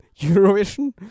Eurovision